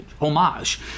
homage